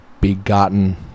begotten